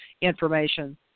information